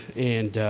and